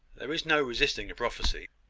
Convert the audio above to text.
there is no resisting a prophecy.